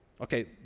Okay